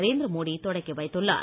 நரேந்திர மோடி தொடக்கி வைத்துள்ளார்